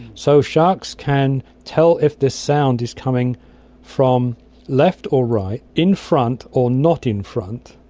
so sharks can tell if this sound is coming from left or right, in front or not in front,